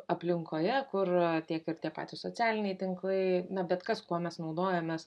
aplinkoje kur tiek ir tie patys socialiniai tinklai na bet kas kuo mes naudojamės